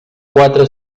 quatre